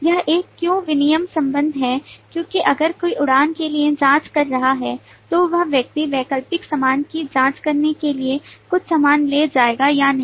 यह एक क्यों विनिमय संबंध है क्योंकि अगर कोई उड़ान के लिए जाँच कर रहा है तो वह व्यक्ति वैकल्पिक सामान की जाँच करने के लिए कुछ सामान ले जाएगा या नहीं